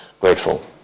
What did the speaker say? Grateful